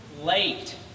late